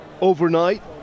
Overnight